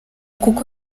kuko